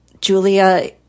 Julia